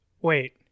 wait